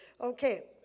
Okay